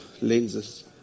lenses